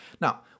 Now